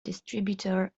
distributor